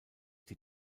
die